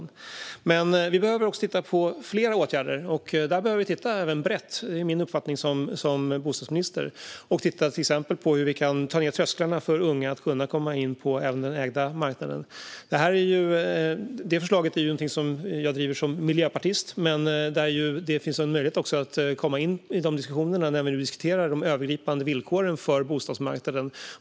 Men vi behöver, enligt min uppfattning som bostadsminister, titta brett på fler åtgärder, till exempel hur vi kan sänka trösklarna för unga för att komma in även på marknaden för ägda bostäder. Detta förslag driver jag som miljöpartist, men det finns också möjlighet till sådana diskussioner när vi nu diskuterar de övergripande villkoren för bostadsmarknaden.